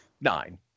Nine